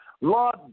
Lord